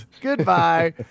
Goodbye